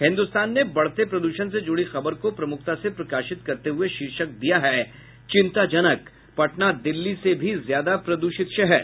हिन्दुस्तान ने बढ़ते प्रदूषण से जुड़ी खबर को प्रमुखता से प्रकाशित करते हुये शीर्षक दिया है चिंताजनक पटना दिल्ली से भी ज्यादा प्रदूषित शहर